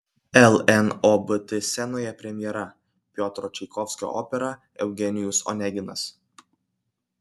lnobt scenoje premjera piotro čaikovskio opera eugenijus oneginas